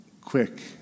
quick